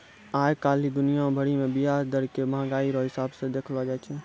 आइ काल्हि दुनिया भरि मे ब्याज दर के मंहगाइ रो हिसाब से देखलो जाय छै